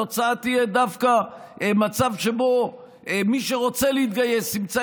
התוצאה תהיה דווקא מצב שבו מי שרוצה להתגייס ימצא